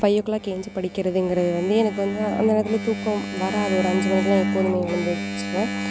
five o'clock ஏழுந்ச்சி படிக்கிறதுங்கிறது வந்து எனக்கு வந்து அந்த நேரத்தில் தூக்கம் வராது ஒரு அஞ்சு மணிகெலாம் எப்போதுமே ஏந்திரிச்சுருவேன்